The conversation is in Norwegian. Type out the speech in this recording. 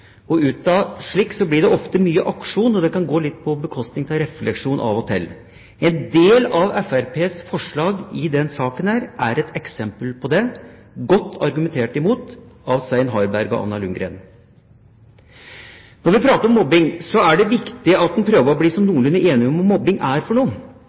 blir det ofte mye aksjon, og det kan av og til gå litt på bekostning av refleksjonen. En del av Fremskrittspartiets forslag i denne saken er et eksempel på det. Godt argumentert imot av Svein Harberg og Anna Ljunggren. Når vi prater om mobbing, er det viktig at en prøver å bli sånn noenlunde enig om hva mobbing er for